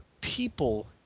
people